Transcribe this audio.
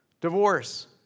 divorce